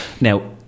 now